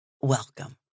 Welcome